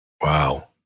Wow